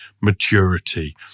maturity